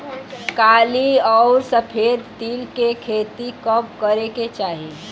काली अउर सफेद तिल के खेती कब करे के चाही?